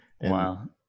wow